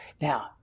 now